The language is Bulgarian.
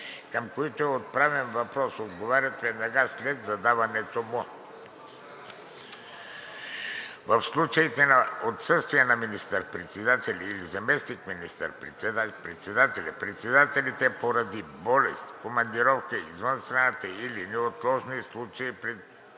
към които е отправен въпрос, отговарят веднага след задаването му. В случай на отсъствие на министър-председателя или заместник министър-председателите поради болест, командировка извън страната или при неотложни случаи